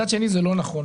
מצד שני זה לא נכון.